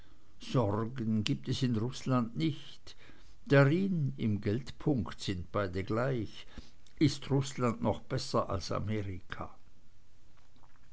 sorgen gibt es in rußland nicht darin im geldpunkt sind beide gleich ist rußland noch besser als amerika